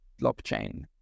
blockchain